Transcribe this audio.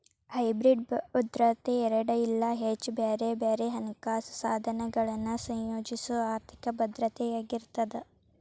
hybrid ಭದ್ರತೆ ಎರಡ ಇಲ್ಲಾ ಹೆಚ್ಚ ಬ್ಯಾರೆ ಬ್ಯಾರೆ ಹಣಕಾಸ ಸಾಧನಗಳನ್ನ ಸಂಯೋಜಿಸೊ ಆರ್ಥಿಕ ಭದ್ರತೆಯಾಗಿರ್ತದ